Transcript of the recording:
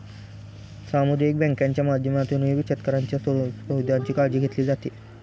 सामुदायिक बँकांच्या माध्यमातूनही शेतकऱ्यांच्या सुविधांची काळजी घेतली जाते